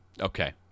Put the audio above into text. Okay